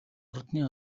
ордны